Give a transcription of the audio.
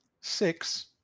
Six